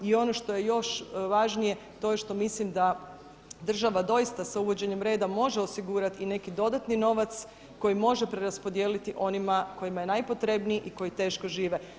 I ono što je još važnije to je što mislim da država doista sa uvođenjem reda može osigurati i neki dodatni novac koji može preraspodijeliti onima kojima je najpotrebniji i koji teško žive.